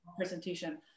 presentation